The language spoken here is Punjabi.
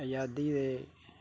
ਆਜ਼ਾਦੀ ਦੇ